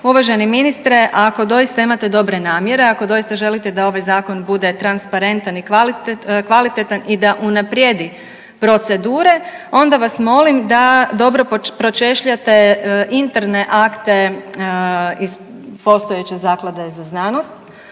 Uvaženi ministre ako doista imate dobre namjere, ako doista želite da ovaj zakon bude transparentan i kvalitetan i da unaprijedi procedure onda vas molim da dobro pročešljate interne akte iz postojeće Zaklade za znanost,